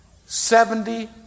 Seventy